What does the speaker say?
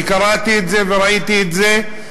קראתי את זה וראיתי את זה,